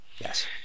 Yes